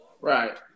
Right